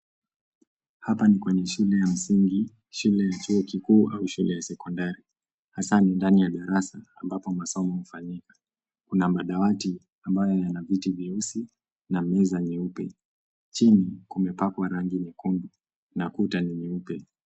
Hapa ni kwenye shule ya msingi, shule ya chuo kikuu au shule ya sekondari, hasa ndani ya darasa ambapo masomo hufanyika. Kuna madawati ambayo yana viti vyeusi na meza nyeupe. Chini, kumepakwa rangi nyekundu na kuta ni nyeupe.